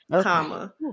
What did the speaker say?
comma